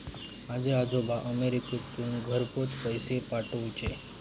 माझे आजोबा अमेरिकेतसून घरपोच पैसे पाठवूचे